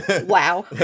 Wow